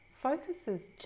focuses